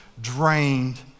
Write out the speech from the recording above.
drained